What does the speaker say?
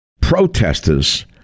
protesters